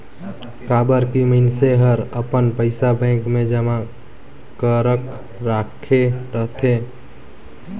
काबर की मइनसे हर अपन पइसा बेंक मे जमा करक राखे रथे